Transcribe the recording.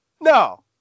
No